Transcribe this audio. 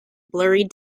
blurry